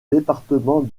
département